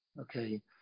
okay